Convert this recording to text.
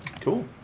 Cool